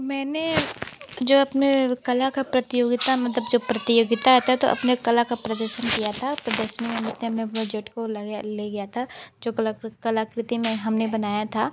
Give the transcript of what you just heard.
मैंने जो अपने कला की प्रतियोगिता मतलब जो प्रतियोगिता आता है तो अपने कला का प्रदर्शन किया था प्रदर्शनी में नृत्य में को ले गया था जो कलाकृ कलाकृति मैं हम ने बनाया था